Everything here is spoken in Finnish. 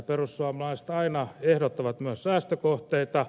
perussuomalaiset aina ehdottavat myös säästökohteita